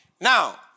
Now